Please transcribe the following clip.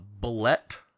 bullet